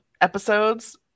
episodes